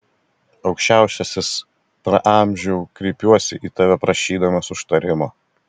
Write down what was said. aukščiausiasis praamžiau kreipiuosi į tave prašydamas užtarimo